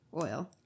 oil